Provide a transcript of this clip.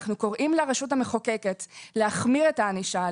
אנחנו קוראים לרשות המחוקקת להחמיר את הענישה,